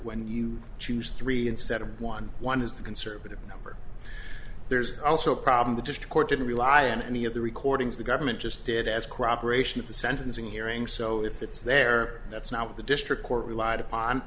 when you choose three instead of one one is the conservative number there's also a problem the just court didn't rely on any of the recordings the government just did as cooperation of the sentencing hearing so if it's there that's not what the district court relied upon